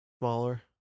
smaller